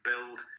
Build